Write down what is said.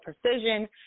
precision